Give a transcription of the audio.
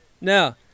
Now